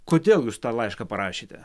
kodėl jūs tą laišką parašėte